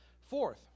Fourth